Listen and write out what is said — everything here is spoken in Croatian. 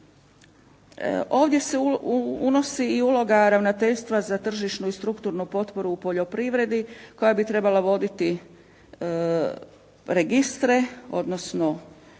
Ovdje se unosi i uloga ravnateljstva za tržišnu i strukturnu potporu u poljoprivredi koja bi trebala voditi registre odnosno